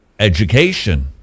Education